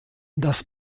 das